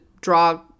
draw